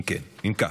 אם כך,